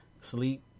sleep